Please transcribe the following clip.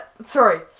Sorry